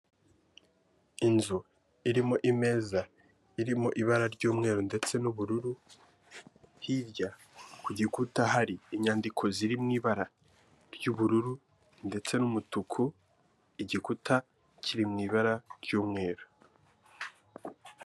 Inzu irimo imeza, irimo ibara ry'umweru ndetse n'ubururu, hirya ku gikuta hari inyandiko ziri mu ibara ry'ubururu ndetse n'umutuku, igikuta kiri mu ibara ry'umweru.